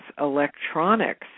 electronics